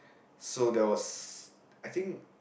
so there was I think